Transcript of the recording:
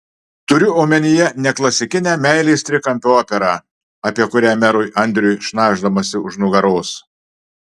turiu omenyje ne klasikinę meilės trikampio operą apie kurią merui andriui šnabždamasi už nugaros